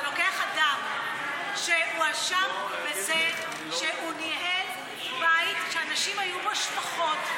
אתה לוקח אדם שהואשם בזה שהוא ניהל בית שהנשים היו בו שפחות,